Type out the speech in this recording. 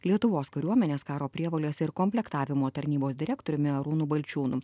lietuvos kariuomenės karo prievolės ir komplektavimo tarnybos direktoriumi arūnu balčiūnu